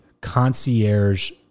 concierge